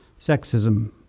sexism